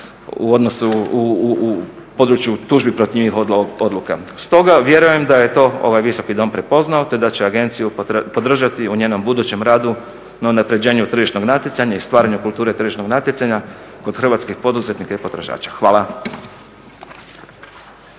u odnosu, u području tužbi protiv njihovih odluka. Stoga vjerujem da je to ovaj Visoki dom prepoznao te da će agenciju podržati u njenom budućem radu na unapređenju tržišnog natjecanja i stvaranju kulture tržišnog natjecanja kod hrvatskih poduzetnika i potrošača. Hvala.